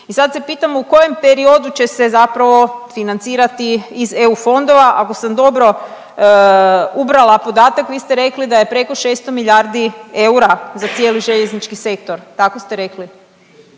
i sad se pitamo u kojem periodu će se zapravo financirati iz EU fondova, ako sam dobro ubrala podatak, vi ste rekli da je preko 600 milijardi eura za cijeli željeznički sektor. Tako ste rekli?